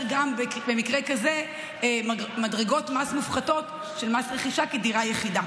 גם במקרה כזה מדרגות מס מופחתות של מס רכישה כדירה יחידה.